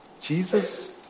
Jesus